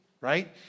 right